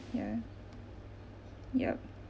ya yup